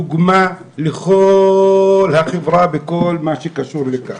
דוגמה לכל החברה בכל מה שקשור לכך.